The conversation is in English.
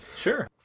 Sure